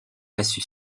massue